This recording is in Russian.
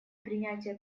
принятие